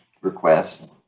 request